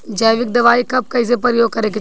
जैविक दवाई कब कैसे प्रयोग करे के चाही?